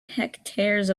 hectares